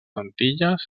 antilles